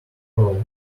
furrow